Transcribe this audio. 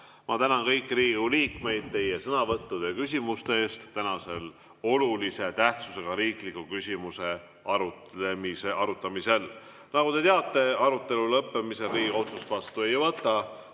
Ma tänan kõiki Riigikogu liikmeid teie sõnavõttude ja küsimuste eest tänasel olulise tähtsusega riikliku küsimuse arutamisel. Nagu te teate, arutelu lõppemisel Riigikogu otsust vastu ei võta.